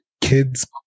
kids